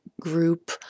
group